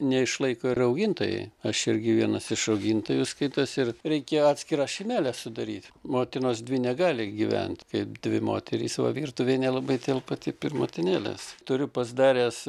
neišlaiko ir augintojai aš irgi vienas iš augintojų skaitosi ir reikėjo atskirą šeimelę sudaryt motinos dvi negali gyvent kaip dvi moterys va virtuvėj nelabai telpa taip ir motinėlės turiu pasidaręs